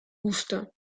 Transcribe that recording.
musste